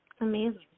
Amazing